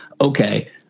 okay